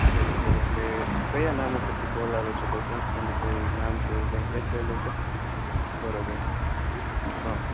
બરોબર એટલે કયા નામ ઉપરથી કોલ આવે છે કોઈ સંસ્થાનું કોઈક નામ કે એવું કઈક લખેલું બરાબર હા